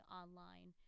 online